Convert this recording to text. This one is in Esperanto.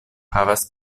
havas